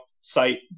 site